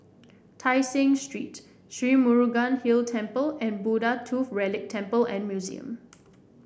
Tai Seng Street Sri Murugan Hill Temple and Buddha Tooth Relic Temple and Museum